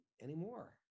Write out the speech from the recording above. anymore